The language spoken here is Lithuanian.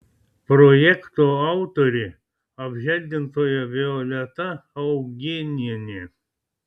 projekto autorė apželdintoja violeta augėnienė